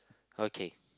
okay